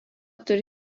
turi